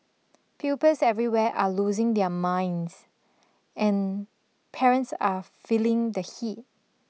pupils everywhere are losing their minds and parents are feeling the heat